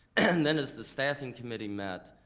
and then as the staffing committee met,